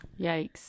Yikes